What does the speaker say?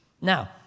Now